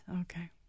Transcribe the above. Okay